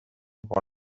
pour